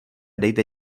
dejte